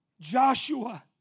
Joshua